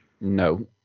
No